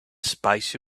spicy